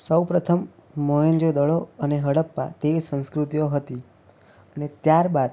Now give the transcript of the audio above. સૌપ્રથમ મોહેંજો દડો અને હડપ્પા તે સંસ્કૃતિઓ હતી અને ત્યારબાદ